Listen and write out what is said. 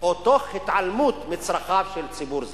או תוך התעלמות מצרכיו של ציבור זה.